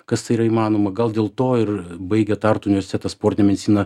kas tai yra įmanoma gal dėl to ir baigę tartu universitetą sportinę mediciną